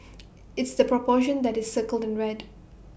it's the proportion that is circled in red